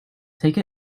take